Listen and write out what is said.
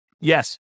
Yes